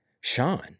Sean